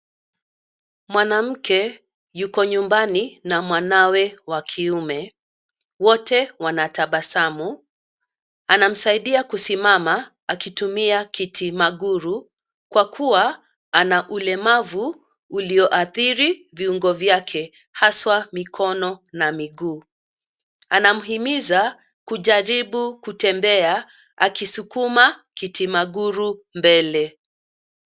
Mwanamke yuko nyumbani na mwanawe wa kiume, wote wanatabasamu, anamsaidia kusimama akitumia kiti maguru kwa kuwa ana ulemavu ulioadhiri viuongo vyake haswa mikono na miguu, anamhimiza kujaribu kutembea akisukuma kiti maguru mbele.